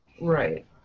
Right